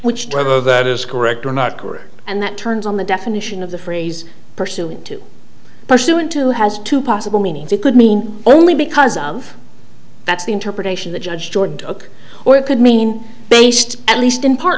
which whether that is correct or not correct and that turns on the definition of the phrase pursuant to pursuant to has two possible meanings it could mean only because of that's the interpretation the judge jordan took or it could mean based at least in part